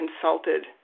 consulted